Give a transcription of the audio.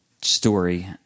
story